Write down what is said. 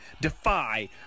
defy